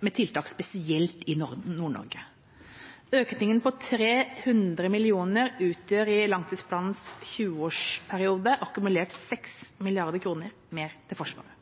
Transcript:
med tiltak spesielt i Nord-Norge. Økningen på 300 mill. kr utgjør i langtidsplanens tjueårsperiode akkumulert 6 mrd. kr mer til Forsvaret.